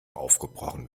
aufgebrochen